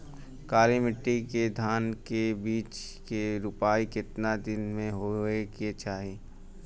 काली मिट्टी के धान के बिज के रूपाई कितना दिन मे होवे के चाही?